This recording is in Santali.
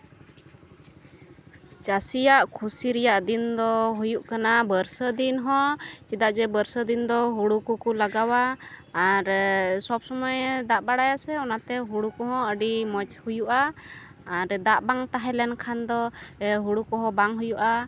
ᱪᱟᱹᱥᱤᱭᱟᱜ ᱠᱷᱩᱥᱤ ᱨᱮᱭᱟᱜ ᱫᱤᱱ ᱫᱚ ᱦᱩᱭᱩᱜ ᱠᱟᱱᱟ ᱵᱟᱹᱨᱥᱟᱹ ᱫᱤᱱ ᱦᱚᱸ ᱪᱮᱫᱟᱜ ᱡᱮ ᱵᱟᱹᱨᱥᱟᱹ ᱫᱤᱱ ᱫᱚ ᱦᱩᱲᱩ ᱠᱚᱠᱚ ᱞᱟᱜᱟᱣᱟ ᱟᱨ ᱥᱚᱵᱽ ᱥᱚᱢᱚᱭᱮ ᱫᱟᱜ ᱵᱟᱲᱟᱭᱟ ᱥᱮ ᱚᱱᱟ ᱠᱷᱟᱹᱛᱤᱨ ᱛᱮ ᱦᱩᱲᱩ ᱠᱚᱦᱚᱸ ᱟᱹᱰᱤ ᱢᱚᱡᱽ ᱦᱩᱭᱩᱜᱼᱟ ᱟᱨ ᱫᱟᱜ ᱵᱟᱝ ᱛᱟᱦᱮᱸᱞᱮᱱ ᱠᱷᱟᱱ ᱫᱚ ᱦᱩᱲᱩ ᱠᱚᱦᱚᱸ ᱵᱟᱝ ᱦᱩᱭᱩᱜᱼᱟ